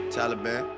Taliban